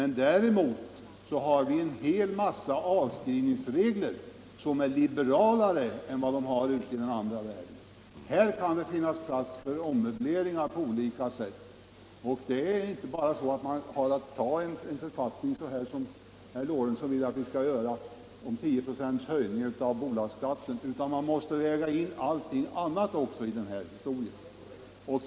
Å andra sidan har vi en hel mängd avskrivningsregler som är liberalare än vad man har i den övriga delen av världen. Här kan det finnas plats för ommöbleringar på olika sätt. Det är inte bara så att man kan anta en författning — som herr Lorentzon vill att vi skall göra — om en höjning av bolagsskatten med 10 96, utan allting annat måste också vägas in vid bedömningen.